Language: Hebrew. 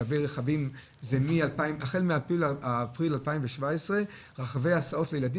החל מאפריל 2017 רכבי הסעות ילדים